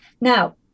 now